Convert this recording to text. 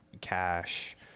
cash